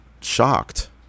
shocked